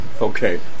Okay